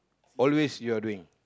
always earring